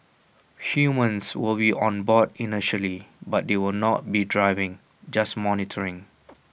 humans will be on board initially but they will not be driving just monitoring